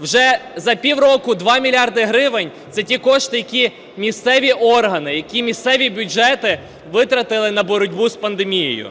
Вже за півроку 2 мільярди гривень – це ті кошти, які місцеві органи, які місцеві бюджети витрати на боротьбу з пандемією.